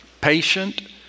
patient